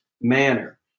manner